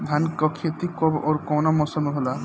धान क खेती कब ओर कवना मौसम में होला?